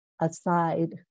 aside